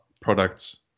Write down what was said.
products